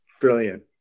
brilliant